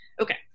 Okay